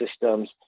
systems